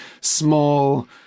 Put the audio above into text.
small